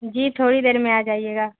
جی تھوڑی دیر میں آ جائیے گا